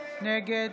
נגד